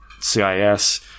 CIS